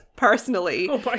Personally